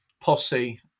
Posse